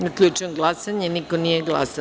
Zaključujem glasanje – niko nije glasao.